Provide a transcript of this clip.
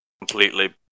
completely